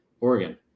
Oregon